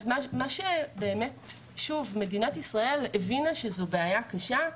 כבר לפני שנים מדינת ישראל הבינה שזו בעיה קשה,